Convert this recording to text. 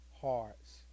hearts